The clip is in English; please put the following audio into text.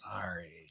sorry